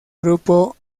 grupo